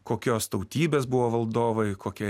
kokios tautybės buvo valdovai kokią